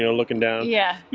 you know looking down. yeah.